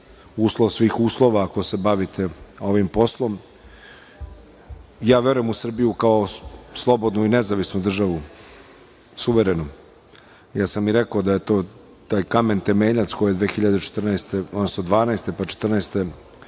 uslov svih uslova ako se bavite ovim poslom. Ja verujem u Srbiju kao slobodnu i nezavisnu državu, suverenu. Ja sam i rekao da je taj kamen temeljac koji je 2014.